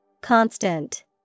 Constant